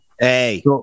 Hey